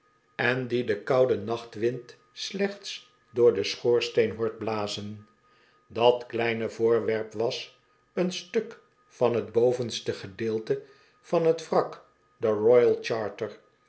en die den kouden nachtwind slechts door den schoorsteen hoort blazen dat kleine voorwerp was een stuk van t bovenste gedeelte van t wrak de royal charter